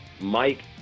mike